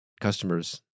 customers